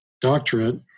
doctorate